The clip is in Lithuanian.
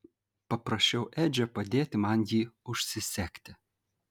paprašiau edžio padėti man jį užsisegti